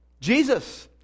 Jesus